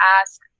ask